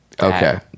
Okay